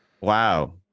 Wow